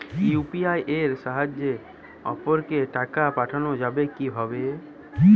UPI এর সাহায্যে অপরকে টাকা পাঠানো যাবে কিভাবে?